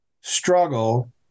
struggle